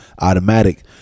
Automatic